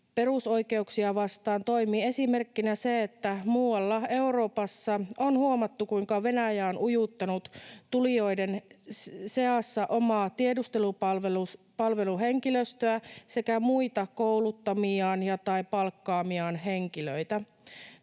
perusoikeuksia vastaan toimii esimerkkinä se, että muualla Euroopassa on huomattu, kuinka Venäjä on ujuttanut tulijoiden seassa omaa tiedustelupalveluhenkilöstöään sekä muita kouluttamiaan ja/tai palkkaamiaan henkilöitä.